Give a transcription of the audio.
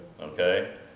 okay